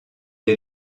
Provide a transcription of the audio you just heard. est